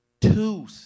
two